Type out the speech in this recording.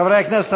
חברי הכנסת,